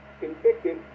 Convicted